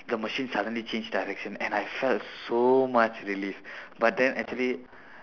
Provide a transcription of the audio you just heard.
the machine suddenly change direction and I felt so much relieve but then actually